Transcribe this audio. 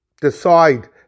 decide